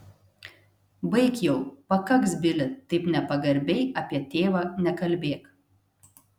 baik jau pakaks bili taip nepagarbiai apie tėvą nekalbėk